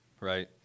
Right